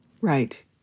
Right